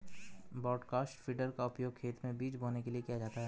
broadcast feeder का उपयोग खेत में बीज बोने के लिए किया जाता है